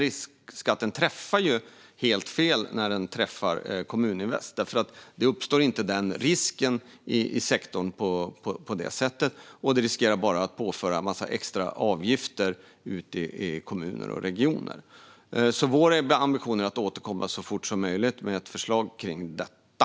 Riskskatten missar ju sitt syfte när den drabbar Kommuninvest, för det är inte där som risken i sektorn uppstår. Det riskerar bara att påföra en massa extra avgifter i kommuner och regioner. Vår ambition är att återkomma så fort som möjligt med ett förslag när det gäller detta.